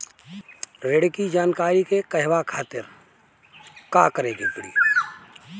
ऋण की जानकारी के कहवा खातिर का करे के पड़ी?